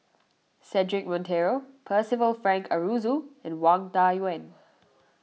Cedric Monteiro Percival Frank Aroozoo and Wang Dayuan